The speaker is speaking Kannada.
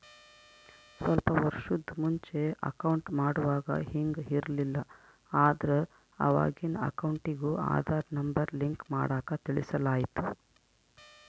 ಸ್ವಲ್ಪ ವರ್ಷುದ್ ಮುಂಚೆ ಅಕೌಂಟ್ ಮಾಡುವಾಗ ಹಿಂಗ್ ಇರ್ಲಿಲ್ಲ, ಆದ್ರ ಅವಾಗಿನ್ ಅಕೌಂಟಿಗೂ ಆದಾರ್ ನಂಬರ್ ಲಿಂಕ್ ಮಾಡಾಕ ತಿಳಿಸಲಾಯ್ತು